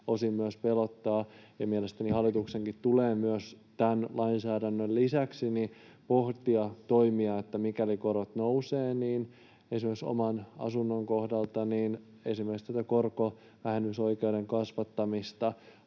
osin myös pelottaa. Mielestäni hallituksenkin tulee tämän lainsäädännön lisäksi pohtia muita toimia, sillä mikäli korot nousevat oman asunnon kohdalta, niin esimerkiksi tätä korkovähennysoikeuden kasvattamista